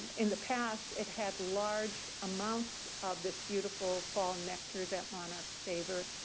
in the past it had large amounts of this beautiful fall nectar that monarchs favor.